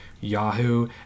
Yahoo